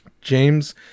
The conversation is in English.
James